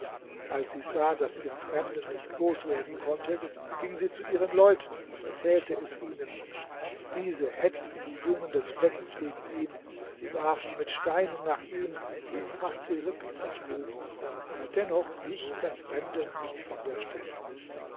als sie sah daß sie den fremden nicht loswerden konnte ging sie zu ihren leuten und erzählte es ihnen diese hetzten die jungen des fleckens gegen ihn sie warfen mit steinen nach ihm die ihm fast die rippen zerschlugen aber dennoch wich der fremde nicht von der stelle